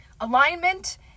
alignment